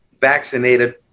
vaccinated